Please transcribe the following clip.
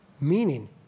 Meaning